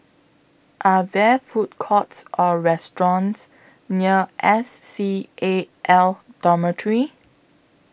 Are There Food Courts Or restaurants near S C A L Dormitory